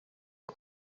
aux